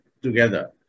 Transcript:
together